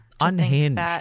Unhinged